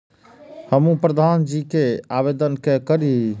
हमू प्रधान जी के आवेदन के करी?